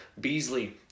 Beasley